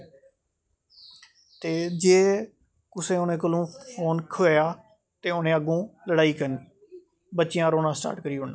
ते जे कुसै उ'नें कोला फोन खोया ते उ'नें अग्गूं लड़ाई करनी बच्चेआं रोना स्टार्ट करी ओड़ना